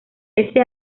ese